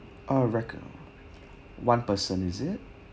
uh reco~ one person is it